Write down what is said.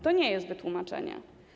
To nie jest wytłumaczenie.